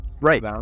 right